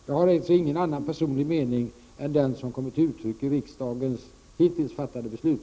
Jag har inte någon annan personlig mening än den som har kommit till uttryck i riksdagens hittills fattade beslut.